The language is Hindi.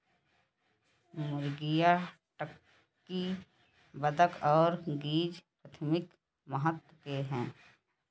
मुर्गियां, टर्की, बत्तख और गीज़ प्राथमिक महत्व के हैं